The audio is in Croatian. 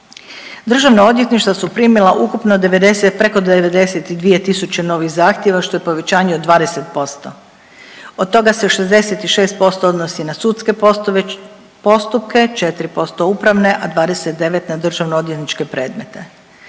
državna odvjetništva su primila ukupno 90, preko 92 tisuće novih zahtjeva, što je povećanje od 20%, od toga se 66% odnosi na sudske postupke, 4% upravne, a 29% na državnoodvjetničke predmete.